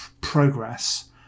progress